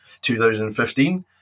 2015